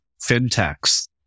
fintechs